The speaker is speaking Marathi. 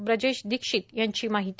ब्रजेश दीक्षित यांची माहिती